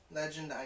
legend